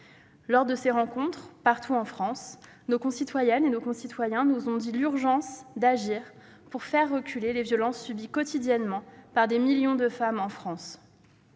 Lors de ces rencontres, partout en France, nos concitoyennes et nos concitoyens nous ont dit l'urgence d'agir pour faire reculer les violences subies quotidiennement par des millions de femmes dans